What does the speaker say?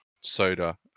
soda